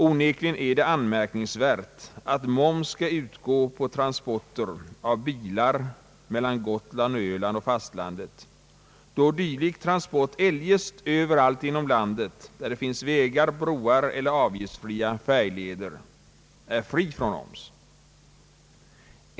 Onekligen är det anmärkningsvärt att moms skall utgå på transport av bilar mellan Gotland och Öland och fastlandet, då dylik transport eljest överallt inom landet, där det finns vägar, broar eller avgiftsfria färjleder, är fri från moms.